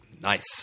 Nice